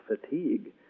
fatigue